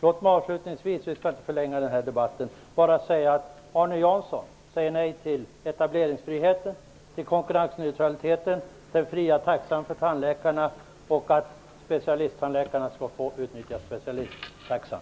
För att inte förlänga debatten vill jag bara avslutningsvis säga att Arne Jansson säger nej till etableringsfriheten, konkurrensneutraliteten och den fria taxan för tandläkarna. Han säger också nej till att specialisttandläkarna skall få utnyttja specialisttaxan.